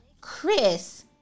Chris